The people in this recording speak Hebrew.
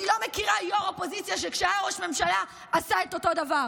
אני לא מכירה יו"ר אופוזיציה שכשהיה ראש ממשלה עשה אותו דבר.